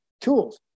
tools